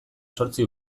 zortzi